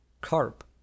carp